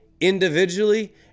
individually